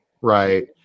Right